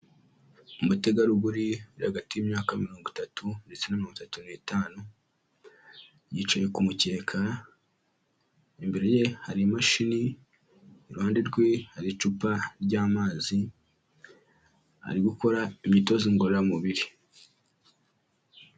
Umutegarugori uri hagati y'imyaka mirongo itatu ndetse na mirongo itatu n'itanu, yicaye ku mukeka, imbere ye hari imashini, iruhande rwe hari icupa ry'amazi, ari gukora imyitozo ngororamubiri.